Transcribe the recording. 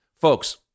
Folks